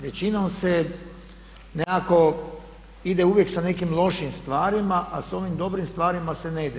Većinom se nekako ide uvijek sa nekim lošim stvarima, a sa ovim dobrim stvarima se ne ide.